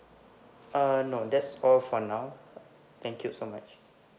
uh no that's all for now thank you so much